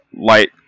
light